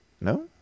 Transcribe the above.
No